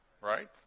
Right